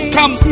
Come